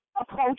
approach